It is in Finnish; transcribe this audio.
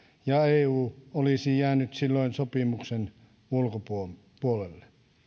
ja eu olisi jäänyt silloin sopimuksen ulkopuolelle ulkopuolelle